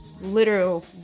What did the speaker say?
literal